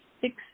six